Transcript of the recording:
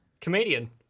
comedian